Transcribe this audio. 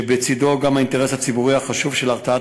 שבצדו גם האינטרס הציבורי החשוב של הרתעת